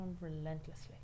relentlessly